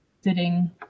sitting